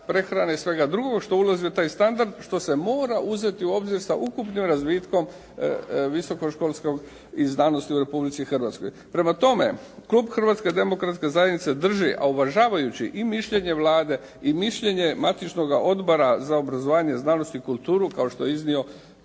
prehrane i svega drugoga, što ulazi u taj standard što se mora uzeti u obzir sa ukupnim razvitkom visokoškolske znanosti u Republici Hrvatskoj. Prema tome, klub Hrvatske demokratske zajednice, a uvažavajući i mišljenje Vlade i mišljenje matičnoga Odbora za obrazovanje, znanost i kulturu kao što je iznio